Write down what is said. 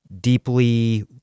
deeply